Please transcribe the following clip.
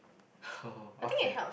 okay